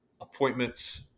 appointments